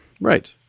right